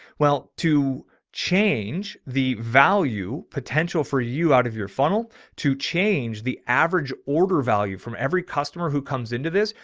well, to change the value potential for you out of your. funnel to change the average order value from every customer who comes into this,